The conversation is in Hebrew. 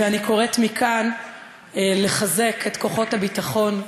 ואני קוראת מכאן לחזק את כוחות הביטחון,